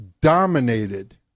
dominated